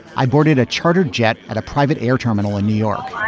i boarded a chartered jet at a private air terminal in new york.